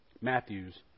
Matthews